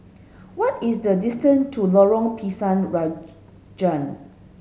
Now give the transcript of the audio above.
what is the distance to Lorong Pisang Raja